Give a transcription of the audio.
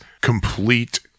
complete